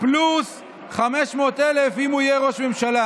פלוס 500,000 אם הוא יהיה ראש ממשלה.